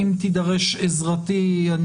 אם תידרש עזרתי,